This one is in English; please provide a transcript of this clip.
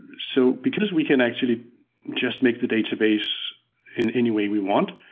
and so because we can actually just make the database in any way we want,